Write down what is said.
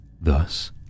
Thus